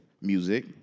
music